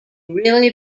really